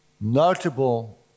notable